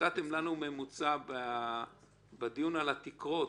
נתתם לנו ממוצע בדיון על התקרות,